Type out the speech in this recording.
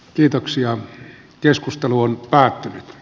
kiitoksia on keskustelu on päättynyt